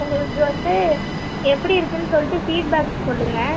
உங்களுக்கு வந்து எப்படி இருக்கும்னு சொல்லிட்டு ஃபீட் பேக் சொல்லுங்கள்